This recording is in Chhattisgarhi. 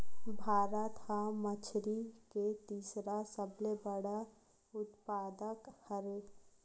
भारत हा मछरी के तीसरा सबले बड़े उत्पादक हरे